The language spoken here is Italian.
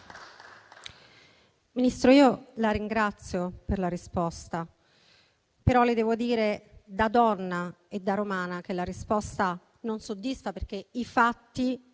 Ministro, la ringrazio per la risposta però devo dire, da donna e da romana, che non mi soddisfa perché i fatti la